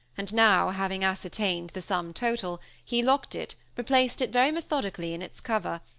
and now, having ascertained the sum total, he locked it, replaced it very methodically in its cover,